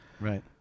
Right